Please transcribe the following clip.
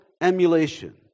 emulation